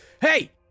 Hey